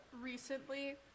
recently